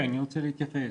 אני רוצה להתייחס.